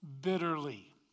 bitterly